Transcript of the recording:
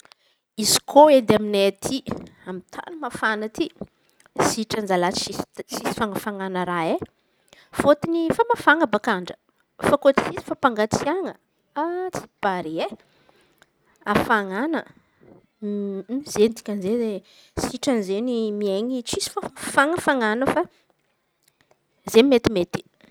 Izy koa edy aminay atiky amy tan̈y mafana aty sitrany zalahy tsisy tsisy fanafanana raha e. Fôtony efa mafana baka andra fô kô tsisy fampangatsiahana tsy pare e. Hafanana zey dikany zey sitrany izen̈y miainy tsisy fa-fanafanana fa zey mety mety.